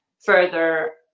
further